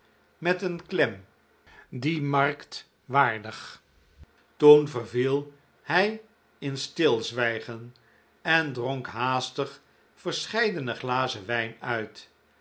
met een klem die markt waardig toen verviel hij in stilzwijgen en dronk haastig verscheidene glazen wijn uit